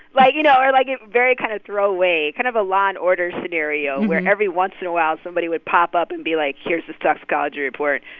like, you know or, like, very kind of throwaway, kind of a law and order scenario, where, every once in a while, somebody would pop up and be like, here's the toxicology report.